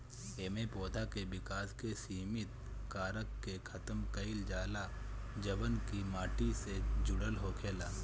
एमे पौधा के विकास के सिमित कारक के खतम कईल जाला जवन की माटी से जुड़ल होखेला